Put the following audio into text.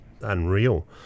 unreal